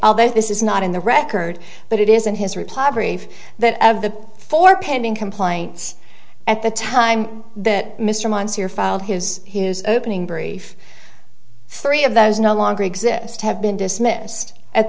although this is not in the record but it is in his reply brief that of the four pending complaints at the time that mr months here filed his opening brief three of those no longer exist have been dismissed at